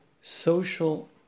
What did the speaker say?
social